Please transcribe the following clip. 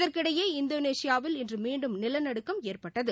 இதற்கிடையே இந்தோனேஷியாவில் இன்றுமீண்டும் நிலநடுக்கம் ஏற்பட்டது